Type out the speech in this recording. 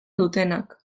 dutenak